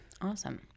Awesome